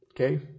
Okay